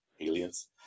aliens